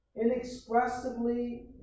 Inexpressibly